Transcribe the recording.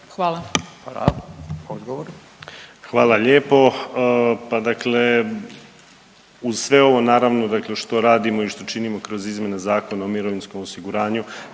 (HDZ)** Hvala lijepo. Pa dakle uz sve ovo naravno dakle što radimo i što činimo kroz izmjene Zakona o mirovinskom osiguranju